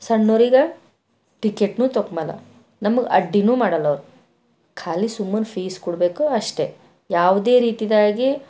ಸಣ್ಣೋರಿಗೆ ಟಿಕೆಟ್ನೂ ತೊಕ್ಮಾಲ ನಮಗೆ ಅಡ್ಡಿಯೂ ಮಾಡಲ್ಲ ಅವರು ಖಾಲಿ ಸುಮ್ಮನೆ ಫೀಸ್ ಕೊಡ್ಬೇಕು ಅಷ್ಟೇ ಯಾವುದೇ ರೀತಿಯಾಗೆ